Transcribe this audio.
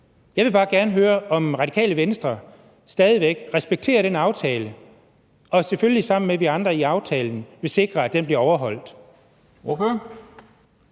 Jeg vil bare gerne høre, om Radikale Venstre stadig væk respekterer den aftale og – selvfølgelig sammen med os andre i aftalen – vil sikre, at den bliver overholdt.